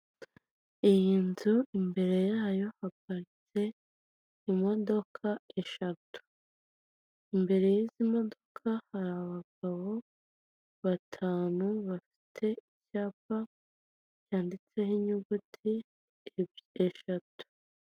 Iyi nzu imbere yayo haparitse imodoka eshatu. Imbere y'izi modoka hari abagabo batanu bafite ibyapa byanditseho inyuguti eshatu.